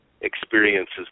experiences